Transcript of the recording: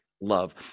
love